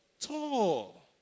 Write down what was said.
tall